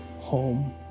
home